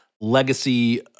legacy